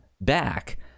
back